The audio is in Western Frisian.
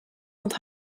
want